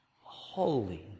holy